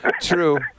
True